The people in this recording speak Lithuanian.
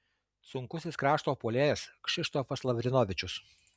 sunkusis krašto puolėjas kšištofas lavrinovičius